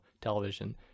television